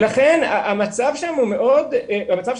לכן המצב שם מאוד קשה.